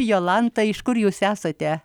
jolanta iš kur jūs esate